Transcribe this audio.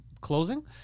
closing